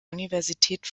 universität